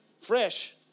fresh